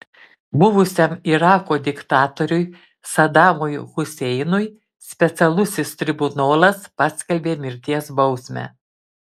buvusiam irako diktatoriui sadamui huseinui specialusis tribunolas paskelbė mirties bausmę